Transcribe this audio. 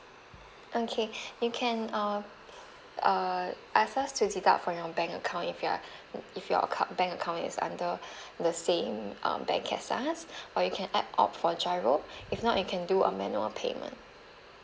okay you can uh err ask us to deduct from your bank account if you are if your account bank account is under the same um bank as us or you can add opt for GIRO if not you can do a manual payment